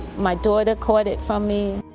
my daughter caught it from me.